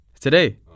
today